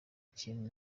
kintu